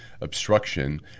Obstruction